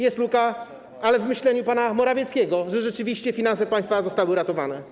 Jest luka, ale w myśleniu pana Morawieckiego, że rzeczywiście finanse państwa zostały uratowane.